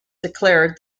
declared